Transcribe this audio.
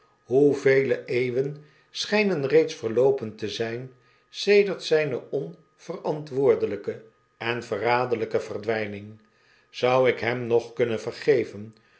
hoevele eeuwen schijnen reeds verloopen te zynsedert zyne onvepntwoordelyke en verraderlyke verdwijning ou ik hem nog kunnen vergeven